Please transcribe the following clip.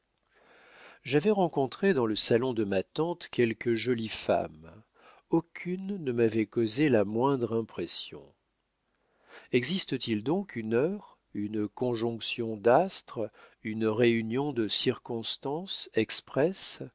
j'avais rencontré dans le salon de ma tante quelques jolies femmes aucune ne m'avait causé la moindre impression existe-t-il donc une heure une conjonction d'astres une réunion de circonstances expresses